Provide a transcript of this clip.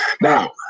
now